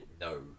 no